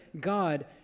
God